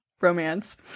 romance